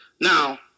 Now